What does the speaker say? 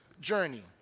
journey